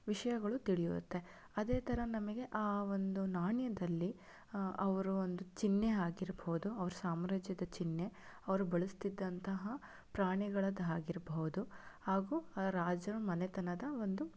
ವಿಷಯಗಳು ತಿಳಿಯುತ್ತೆ ಅದೇ ಥರ ನಮಗೆ ಆ ಒಂದು ನಾಣ್ಯದಲ್ಲಿ ಅವರು ಒಂದು ಚಿಹ್ನೆ ಆಗಿರಬಹುದು ಅವರ ಸಾಮ್ರಾಜ್ಯದ ಚಿಹ್ನೆ ಅವರು ಬಳಸ್ತಿದ್ದಂತಹ ಪ್ರಾಣಿಗಳದ್ದಾಗಿರಬಹುದು ಹಾಗೂ ರಾಜರ ಮನೆತನದ ಒಂದು